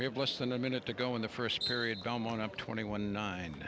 sports have less than a minute to go in the first period delmon up twenty one nine